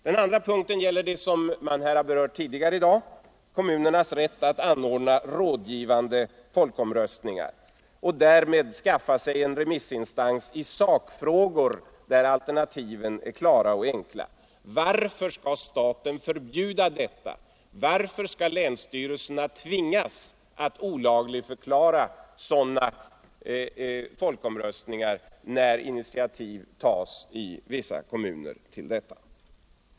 Den andra punkten gäller något som har berörts tidigare i dag, nämligen kommunernas rätt att anordna rådgivande folkomröstningar och därmed skaffa sig en remissinstans i sakfrågor där alternativen är klara och enkla. Varför skall staten förbjuda detta? Varför skall länsstyrelserna tvingas att olagligförklara initiativ till sådana folkomröstningar som tas i vissa kommuner?